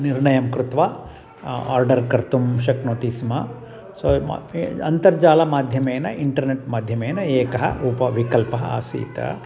निर्णयं कृत्वा आर्डर् कर्तुं शक्नोति स्म सो अन्तर्जालमाध्यमेन इन्टर्नेट् माध्यमेन एकः उपविकल्पः आसीत्